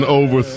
over